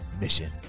mission